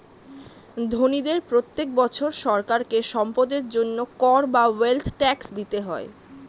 ধনীদের প্রত্যেক বছর সরকারকে সম্পদের জন্য কর বা ওয়েলথ ট্যাক্স দিতে হয়